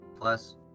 Plus